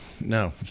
no